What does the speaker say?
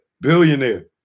Billionaire